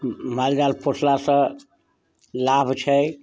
मालजाल पोसलासऽ लाभ छै